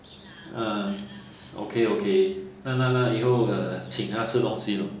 ha okay okay 那那那以后请她吃东西咯